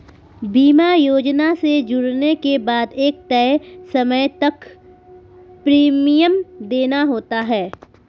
बीमा योजना से जुड़ने के बाद एक तय समय तक प्रीमियम देना होता है